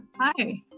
Hi